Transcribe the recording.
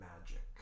magic